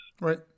Right